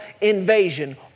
invasion